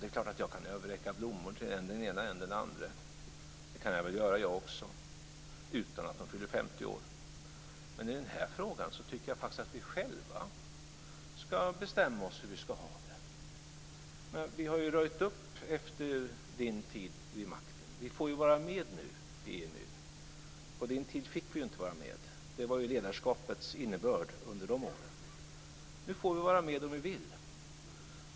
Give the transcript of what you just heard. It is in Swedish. Det är klart att jag också kan överräcka blommor till än den ena än den andra, utan att de fyller 50 år. Men i den här frågan tycker jag faktiskt att vi själva skall bestämma oss för hur vi skall ha det. Vi har röjt upp efter Carl Bildts tid vid makten. Vi får vara med i EMU nu. På Carl Bildts tid fick vi inte vara med. Det var ledarskapets innebörd under de åren. Nu får vi vara med om vi vill.